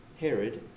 Herod